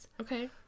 Okay